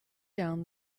down